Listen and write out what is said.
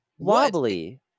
wobbly